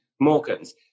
Morgan's